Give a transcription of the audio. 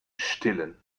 stillen